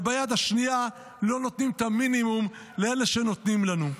וביד השנייה לא נותנים את המינימום לאלה שנותנים לנו.